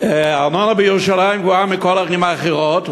הארנונה בירושלים גבוהה מבכל הערים האחרות,